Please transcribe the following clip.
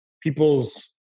people's